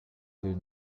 del